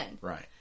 Right